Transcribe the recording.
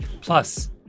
Plus